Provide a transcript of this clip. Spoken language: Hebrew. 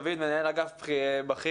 דוד מנהל אגף בכיר